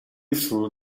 through